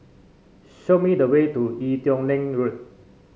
show me the way to Ee Teow Leng Road